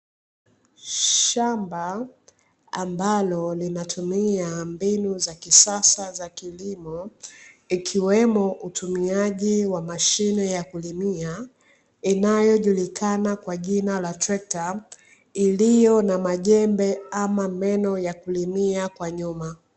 Shamba ambalo linatumia mbinu za kisasa za kilimo ikiwemo utumiaji wa mashine ya kulimia inayojulikana kwa jina la trekta iliyo na majembe ama meno ya kulimia kwa nyuma.